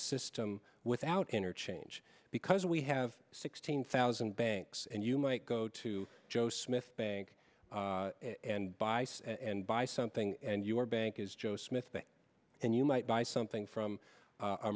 system without interchange because we have sixteen thousand banks and you might go to joe smith bank and buy say and buy something and your bank is joe smith and you might buy something from a